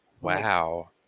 Wow